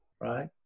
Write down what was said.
right